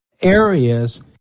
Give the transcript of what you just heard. areas